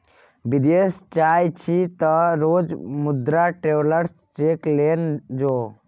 विदेश जाय छी तँ जो मुदा ट्रैवेलर्स चेक लेने जो